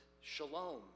Shalom